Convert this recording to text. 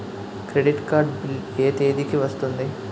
Credit card bill ఎ తేదీ కి వస్తుంది?